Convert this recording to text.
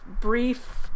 brief